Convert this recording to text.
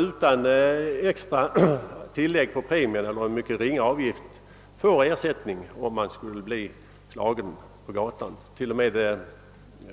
Utan extra tillägg på premierna eller i varje fall mot en ytterst ringa avgift får man ersättning om man skulle bli slagen på gatan. T.o.m.